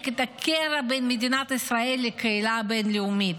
את הקרע בין מדינת ישראל לקהילה הבין-לאומית.